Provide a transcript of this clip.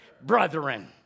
brethren